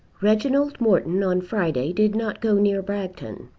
reginald morton on friday did not go near bragton.